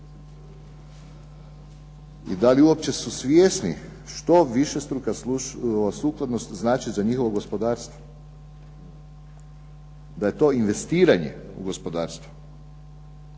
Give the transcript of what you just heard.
i da li uopće su svjesni što višestruka sukladnost znači za njihovo gospodarstvo, da je to investiranje u gospodarstvo.